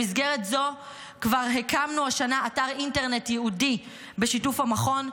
במסגרת זאת כבר הקמנו השנה אתר אינטרנט ייעודי בשיתוף המכון,